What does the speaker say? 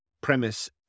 premise